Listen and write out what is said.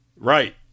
Right